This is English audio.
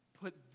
put